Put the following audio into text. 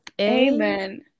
Amen